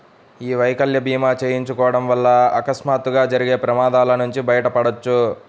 యీ వైకల్య భీమా చేయించుకోడం వల్ల అకస్మాత్తుగా జరిగే ప్రమాదాల నుంచి బయటపడొచ్చు